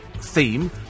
theme